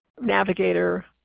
navigator